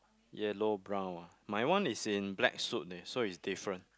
yellow brown ah my one is in black suit leh so it's different